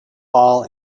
ball